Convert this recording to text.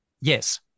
Yes